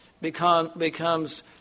becomes